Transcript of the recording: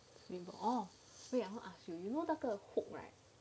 oh wait I ask you know 那个 poke right